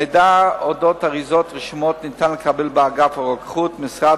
מידע אודות אריזות רשומות ניתן לקבל באגף הרוקחות במשרד